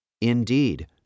Indeed